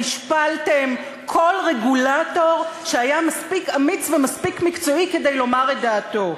השפלתם כל רגולטור שהיה מספיק אמיץ ומספיק מקצועי כדי לומר את דעתו.